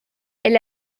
elle